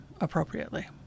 appropriately